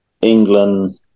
England